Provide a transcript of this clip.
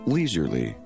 Leisurely